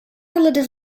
little